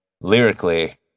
Lyrically